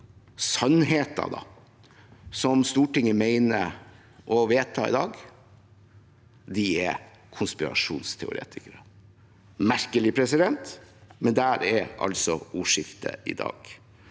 sannheten som Stortinget mener å vedta i dag, de er konspirasjonsteoretikere. Det er merkelig, men der er altså ordskiftet i dag.